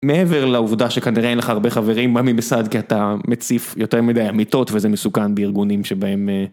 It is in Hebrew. מעבר לעובדה שכנראה אין לך הרבה חברים במי מסד כי אתה מציף יותר מדי אמיתות וזה מסוכן בארגונים שבהם